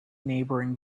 neighbouring